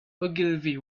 ogilvy